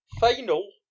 Final